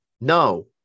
No